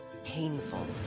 painful